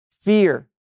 Fear